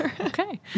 Okay